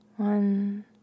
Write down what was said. One